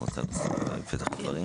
אם את רוצה להצטרף לפתח הדברים.